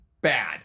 bad